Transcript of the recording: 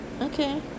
Okay